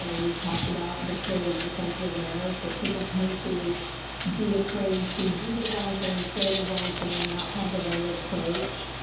and and we've talked about disability is a sensitive area. so people tend to be afraid to do the wrong thing, say the wrong thing, not have the right approach.